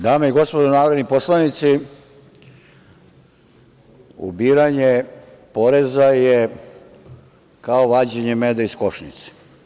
Dame i gospodo narodni poslanici, ubiranje poreza je kao vađenje meda iz košnice.